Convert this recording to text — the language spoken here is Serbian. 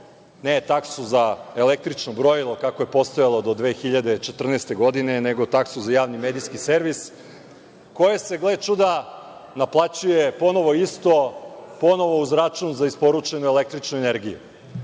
ne taksu za električno brojilo, kako je postojalo do 2014. godine, nego taksu za Javni medijski servis, koja se, gle čuda, naplaćuje ponovo isto, ponovo uz račun za isporučenu električnu energiju. Pošto